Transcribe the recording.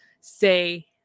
say